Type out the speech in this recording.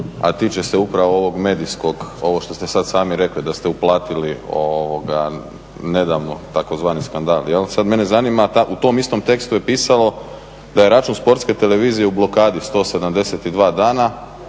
a tiče se upravo ovog medijskog ovo što ste sad sami rekli da ste uplatili nedavno tzv. skandal jel. Sad mene zanima u tom istom tekstu je pisalo da je račun Sportske televizije u blokadi 172 dana